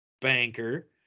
banker